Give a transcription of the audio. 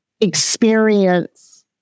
experience